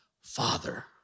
Father